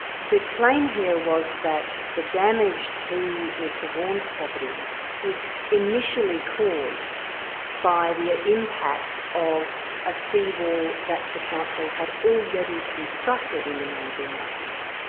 the plan here was that the damage to mr vaughan's property was initially caused by the ah impact of a sea-wall that the council had already constructed in the nineteen ninety s.